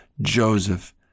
Joseph